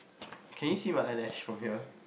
can you see my eyelash from here